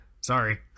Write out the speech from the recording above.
Sorry